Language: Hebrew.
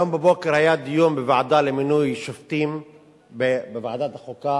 היום בבוקר היה דיון בוועדה למינוי שופטים בוועדת החוקה,